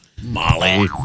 Molly